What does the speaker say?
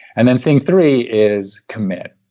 and then thing three is commit,